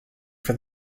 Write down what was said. for